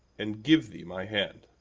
and give thee my hand,